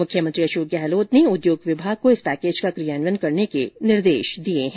मुख्यमंत्री अशोक गहलोत ने उद्योग विभाग को इस पैकेज का कियान्वयन करने के निर्देश दिए है